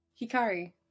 Hikari